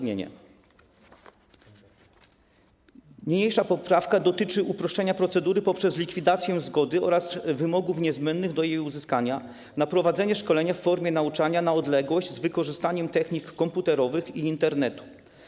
Niniejsza poprawka dotyczy uproszczenia procedury poprzez likwidację zgody oraz wymogów niezbędnych do jej uzyskania na prowadzenie szkolenia w formie nauczania na odległość z wykorzystaniem technik komputerowych i Internetu.